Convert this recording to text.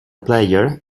player